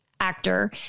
actor